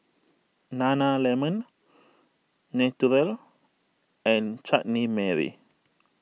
Nana Lemon Naturel and Chutney Mary